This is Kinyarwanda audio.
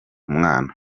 mwana